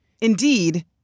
Indeed